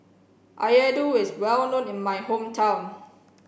Laddu is well known in my hometown